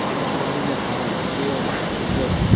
ꯑꯣ ꯑꯩꯅ ꯁꯥꯔꯗ ꯃꯔꯨ ꯑꯣꯏꯅ ꯇꯧꯔꯛꯏꯁꯦ